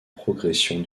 progression